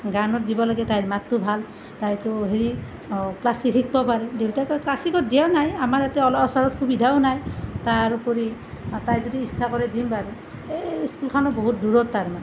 গানত দিব লাগে তাইৰ মাতটো ভাল তাইতো হেৰি ক্লাছিক শিকিব পাৰে দেউতাই কয় ক্লাছিকত দিয়া নাই আমাৰ ইয়াতে ওচৰত সুবিধাও নাই তাৰ উপৰি তাই যদি ইচ্ছা কৰে দিম বাৰু এই স্কুলখনো বহুত দূৰত তাৰ মানে